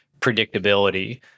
predictability